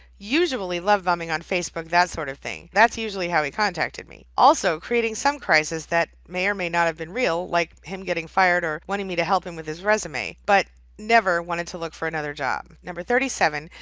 usually love bombing on facebook that sort of thing. that's usually how he contacted me also creating some crises that may or may not have been real, like him getting fired or wanting me to help him with his resume but never wanted to look for another job. number thirty seven,